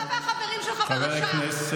אתה מאיים עלינו.